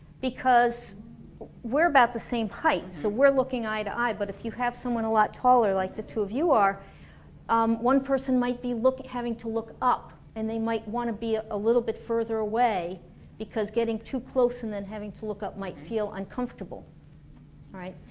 because we're about the same height so we're looking eye to eye, but if you have someone a lot taller like the two of you are um one person might be looking having to look up and they might want to be a little bit further away because getting too close and then having to look up might feel uncomfortable alright?